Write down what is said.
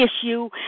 issue